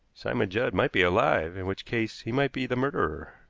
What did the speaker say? simon judd might be alive, in which case he might be the murderer.